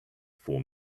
for